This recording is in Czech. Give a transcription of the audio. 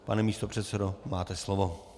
Pane místopředsedo, máte slovo.